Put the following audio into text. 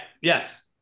yes